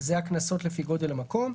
אלה הקנסות לפי גודל המקום.